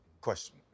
Question